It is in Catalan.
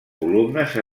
columnes